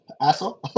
asshole